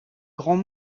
grand